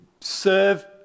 serve